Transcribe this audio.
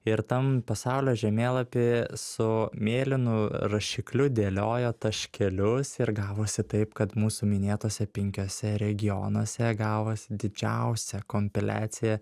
ir tam pasaulio žemėlapy su mėlynu rašikliu dėliojo taškelius ir gavosi taip kad mūsų minėtuose penkiuose regionuose gavosi didžiausia kompiliacija